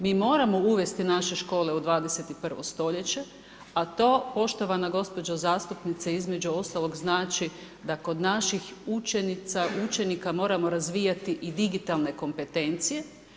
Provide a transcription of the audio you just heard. Mi moramo uvesti naše škole u 21. stoljeće, a to poštovana gospođo zastupnice između ostalog znači da kod naših učenika moramo razvijati i digitalne kompetencije.